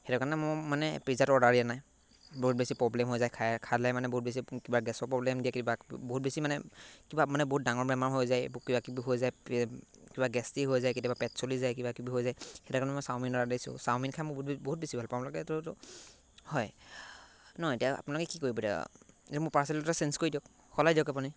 সেইটো কাৰণে মই মানে পিজ্জাত অৰ্ডাৰ দিয়া নাই বহুত বেছি প্ৰব্লেম হৈ যায় খাই খালে মানে বহুত বেছি কিবা গেছৰ প্ৰব্লেম দিয়ে কিবা বহুত বেছি মানে কিবা মানে বহুত ডাঙৰ বেমাৰ হৈ যায় কিবা কিবি হৈ যায় কিবা গেষ্ট্রিক হৈ যায় কেতিয়াবা পেট চলি যায় কিবা কিবি হৈ যায় সেইটো কাৰণে মই চাওমিন অৰ্ডাৰ দিছোঁ চাওমিন খাই মই বহুত বহুত বেছি ভাল পাওঁ হয় নহয় এতিয়া আপোনালোকে কি কৰিব এতিয়া মোৰ পাৰ্চেলটো চেঞ্জ কৰি দিয়ক সলাই দিয়ক আপুনি